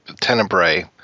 tenebrae